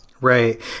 right